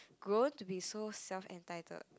grown to be so self entitled